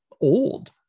old